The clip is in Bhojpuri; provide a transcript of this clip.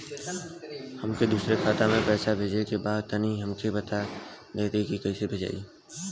हमके दूसरा खाता में पैसा भेजे के बा तनि हमके बता देती की कइसे भेजाई?